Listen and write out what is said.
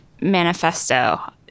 manifesto